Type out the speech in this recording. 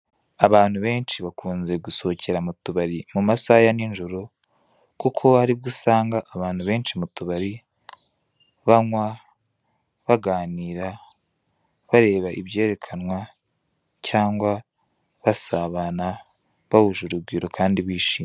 Abantu benshi bakunze gusohokera mu tubari mu masaha ya ninjoro, kuko aribwo usanga abantu benshi mu tubari, banywa, baganira, bareba ibyerekana cyangwa basabana bahuje urugwiro kandi bishimye.